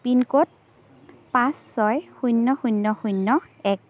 pin code পাঁচ ছয় শূন্য শূন্য শূন্য এক